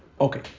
Okay